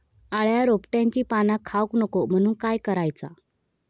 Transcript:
अळ्या रोपट्यांची पाना खाऊक नको म्हणून काय करायचा?